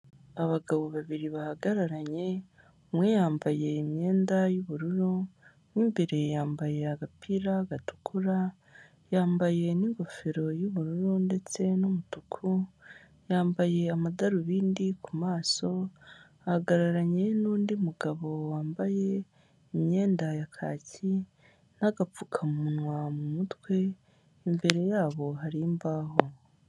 Abagabo babiri bahagararanye, umwe yambaye imyenda y'ubururu, mu imbere yambaye agapira gatukura, yambaye n'ingofero y'ubururu ndetse n'umutuku, yambaye amadarubindi ku maso, ahagararanye n'undi mugabo wambaye imyenda ya kaki, n'agapfukamunwa mu mutwe, imbere yabo hari imbaho.